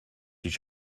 each